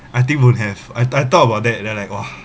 I think won't have I I thought about that then like !wah!